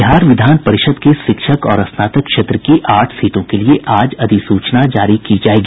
बिहार विधान परिषद् की शिक्षक और स्नातक क्षेत्र की आठ सीटों के लिए आज अधिसूचना जारी की जायेगी